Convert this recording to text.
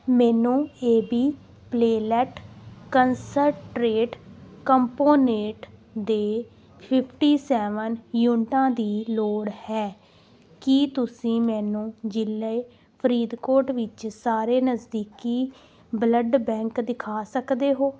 ਮੈਨੂੰ A B platelet concentrate component ਦੇ fifty seven ਯੂਨਿਟਾਂ ਦੀ ਲੋੜ ਹੈ ਕੀ ਤੁਸੀਂ ਮੈਨੂੰ ਜ਼ਿਲ੍ਹੇ ਫਰੀਦਕੋਟ ਵਿੱਚ ਸਾਰੇ ਨਜ਼ਦੀਕੀ ਬਲੱਡ ਬੈਂਕ ਦਿਖਾ ਸਕਦੇ ਹੋ